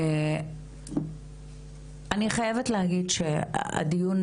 אני חייבת להגיד שהדיון